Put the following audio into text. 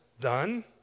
done